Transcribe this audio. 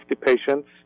patients